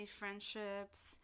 friendships